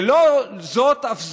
ולא זאת אף זאת,